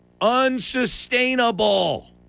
Unsustainable